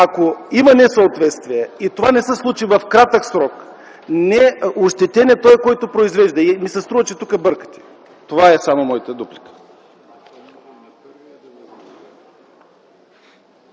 ако има несъответствие и това не се случи в кратък срок, ощетен е този, който произвежда. Струва ми се, че тук бъркате. Такава е моята дуплика.